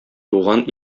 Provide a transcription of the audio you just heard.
туган